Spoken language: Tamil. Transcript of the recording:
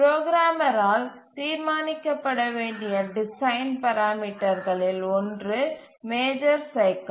புரோகிராமரால் தீர்மானிக்கப்பட வேண்டிய டிசைன் பராமீட்டர்களில் ஒன்று மேஜர் சைக்கில்